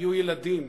היו ילדים,